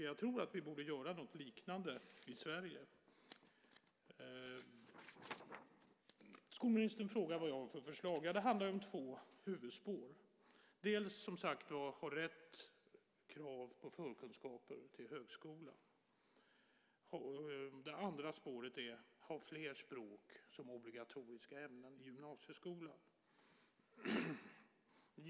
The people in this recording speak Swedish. Jag tror att vi borde göra något liknande i Sverige. Skolministern frågar vilka förslag jag har. Det handlar om två huvudspår. Det är dels att ha rätt krav på förkunskaper till högskolan dels att ha fler språk som obligatoriska ämnen i gymnasieskolan.